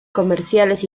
comerciales